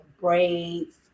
braids